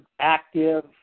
active